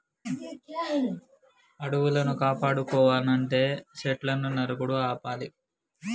అడవులను కాపాడుకోవనంటే సెట్లును నరుకుడు ఆపాలి